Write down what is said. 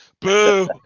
Boo